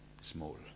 small